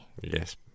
Yes